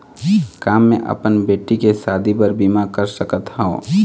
का मैं अपन बेटी के शादी बर बीमा कर सकत हव?